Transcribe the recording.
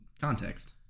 context